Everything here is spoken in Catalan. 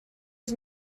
els